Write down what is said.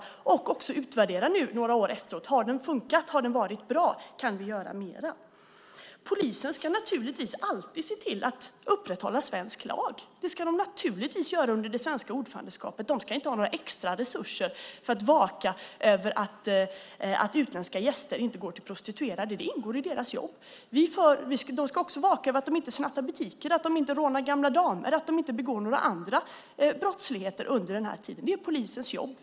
Den ska också utvärderas några år efter sin tillkomst. Har den funkat? Har den varit bra? Kan vi göra mer? Polisen ska naturligtvis alltid se till att upprätthålla svensk lag. Det ska de naturligtvis göra under det svenska ordförandeskapet. De ska inte ha några extra resurser för att vaka över att utländska gäster inte går till prostituerade. Det ingår i deras jobb. Polisen ska också vaka över att de inte snattar i butiker, att de inte rånar gamla damer och att de inte begår några andra brottsligheter under den här tiden. Det är polisens jobb.